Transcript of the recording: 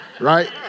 right